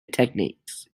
techniques